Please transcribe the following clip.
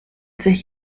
sich